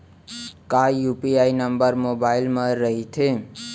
का UPI number mobile म रहिथे?